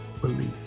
belief